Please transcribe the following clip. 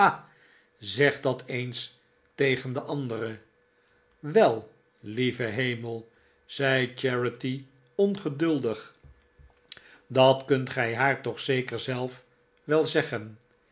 zeg dat eens tegen de andere t wel lieve hemel zei charity ongeduldig dat kunt gij haar toch zeker zelf wel zeggen